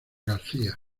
garcía